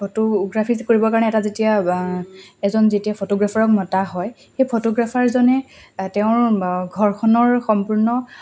photography কৰিবৰ কাৰণে এটা যেতিয়া এজন যেতিয়া ফটোগ্ৰাফাৰক মতা হয় সেই ফটোগ্ৰাফাৰজনে তেওঁৰ ঘৰখনৰ সম্পূৰ্ণ